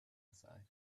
aside